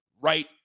right